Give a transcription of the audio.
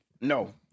No